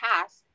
task